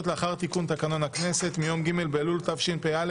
לאחר תיקון תקנון הכנסת מיום ג' באלול התשפ"א,